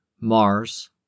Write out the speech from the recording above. Mars